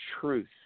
truth